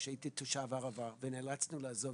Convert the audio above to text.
כאשר הייתי תושב הערבה ונאלצנו לעזוב